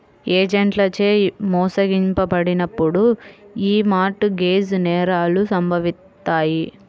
ఏజెంట్లచే మోసగించబడినప్పుడు యీ మార్ట్ గేజ్ నేరాలు సంభవిత్తాయి